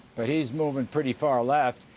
but he's moving pretty far left,